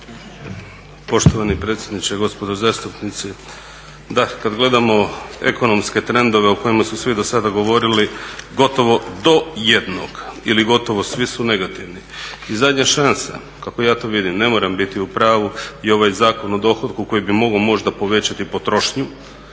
Poštovani predsjedniče, gospodo zastupnici. Da, kad gledamo ekonomske trendove o kojima su svi do sada govorili gotovo do jednog ili gotovo svi su negativni. I zadnja šansa kako ja to vidim ne moram biti u pravu je ovaj Zakon o dohotku koji bi mogao možda povećati potrošnju.